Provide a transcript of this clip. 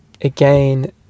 again